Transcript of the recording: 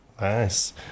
Nice